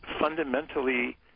fundamentally